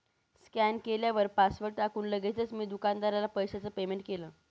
scan केल्यावर password टाकून लगेचच मी दुकानदाराला पैशाचं पेमेंट केलं